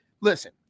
listen